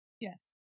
Yes